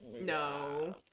No